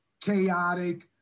chaotic